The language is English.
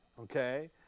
okay